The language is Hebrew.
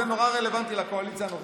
זה נורא רלוונטי לקואליציה הנוכחית.